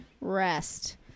Rest